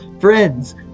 friends